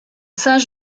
saint